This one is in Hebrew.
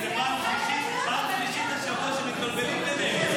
כי זאת פעם שלישית השבוע שמתבלבלים ביניהן.